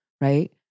Right